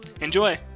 Enjoy